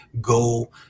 go